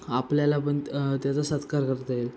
आपल्याला पण त्याचा सत्कार करता येईल